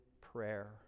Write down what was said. prayer